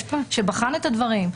הוא בחן את הדברים,